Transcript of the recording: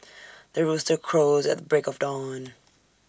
the rooster crows at the break of dawn